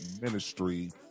Ministry